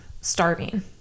starving